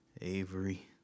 Avery